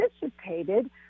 participated